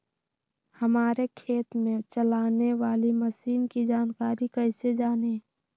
हमारे खेत में चलाने वाली मशीन की जानकारी कैसे जाने?